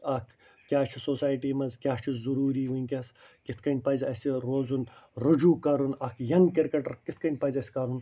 اکھ کیٛاہ چھُ سوسایٹی منٛز کیٛاہ چھُ ضُروٗری وُنٛکیٚس کِتھ کٔنۍ پَزِ اسہِ روزُن رجوع کَرُن اَکھ ینٛگ کِرکٹر کِتھ کٔنۍ پَزِ اسہِ کَرُن